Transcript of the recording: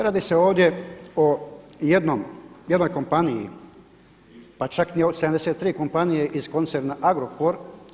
Ne radi se ovdje o jednoj kompaniji, pa čak ni o 73 kompanije iz koncerna Agrokor.